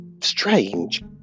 strange